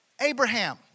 Abraham